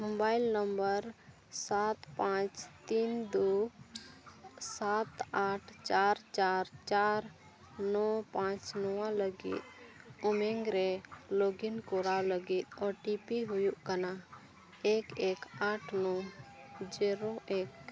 mobile number ᱥᱟᱛ ᱯᱟᱸᱪ ᱛᱤᱱ ᱫᱩ ᱥᱟᱛ ᱟᱴ ᱪᱟᱨ ᱪᱟᱨ ᱪᱟᱨ ᱱᱚ ᱯᱟᱸᱪ ᱱᱚᱣᱟ ᱞᱟᱹᱜᱤᱫ ᱩᱢᱟᱝ ᱨᱮ ᱞᱚᱜᱤᱱ ᱠᱚᱨᱟᱣ ᱞᱟᱹᱜᱤᱫ ᱳ ᱴᱤ ᱯᱤ ᱦᱩᱭᱩᱜ ᱠᱟᱱᱟ ᱮᱠ ᱮᱠ ᱟᱴ ᱱᱚ ᱡᱤᱨᱳ ᱮᱠ